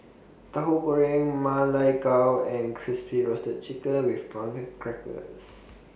Tahu Goreng Ma Lai Gao and Crispy Roasted Chicken with Prawn Crackers